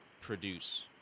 produce